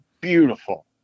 beautiful